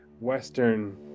Western